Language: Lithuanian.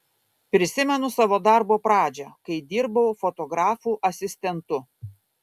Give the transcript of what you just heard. prisimenu savo darbo pradžią kai dirbau fotografų asistentu